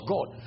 God